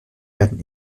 werden